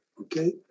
Okay